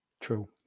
True